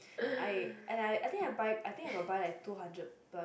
I and I I think I buy I think I got buy like two hundred plus